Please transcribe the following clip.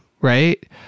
Right